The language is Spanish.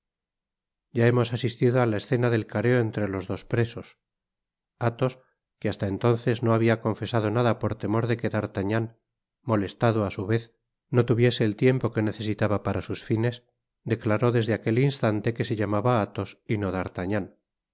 ya hemos asistido á la escena del careo entre los dos presos athos que hasta entonces no habia confesado nada por temor de que d'artagnan molestado á su vez no tuviese el tiempo que necesitaba para sus fines declaró desde aquel instante que se llamaba athos y no